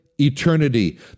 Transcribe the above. eternity